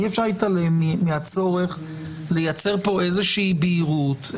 אי אפשר להתעלם מהצורך לייצר פה איזושהי בהירות,